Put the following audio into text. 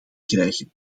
krijgen